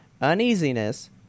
uneasiness